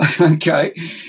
Okay